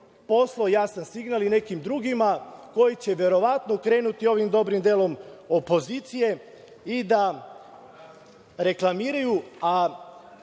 jasan signal i nekim drugima koji će verovatno krenuti ovim dobrim delom opozicije i da reklamiraju,